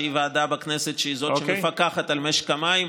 שהיא הוועדה בכנסת שהיא זאת שמפקחת על משק המים.